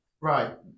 right